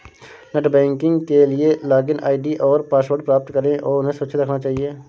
net banking के लिए login ID और पासवर्ड प्राप्त करें और उन्हें सुरक्षित रखना चहिये